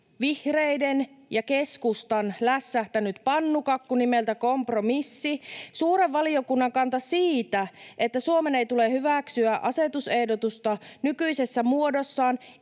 vihreiden ja keskustan lässähtänyt pannukakku nimeltä kompromissi. Suuren valiokunnan kanta siitä, että Suomen ei tule hyväksyä asetusehdotusta nykyisessä muodossaan,